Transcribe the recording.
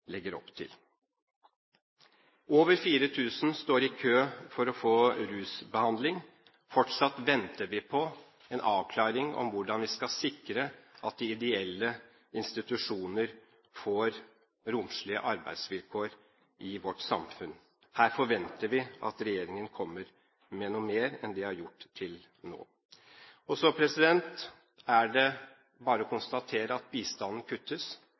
Over 4 000 står i kø for å få rusbehandling. Fortsatt venter vi på en avklaring av hvordan vi skal sikre at de ideelle institusjoner får romslige arbeidsvilkår i vårt samfunn. Her forventer vi at regjeringen kommer med noe mer enn det den har gjort til nå. Så er det bare å konstatere at bistanden kuttes.